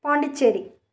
Pondicherry